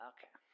Okay